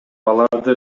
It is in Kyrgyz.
аларды